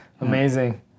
Amazing